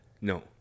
No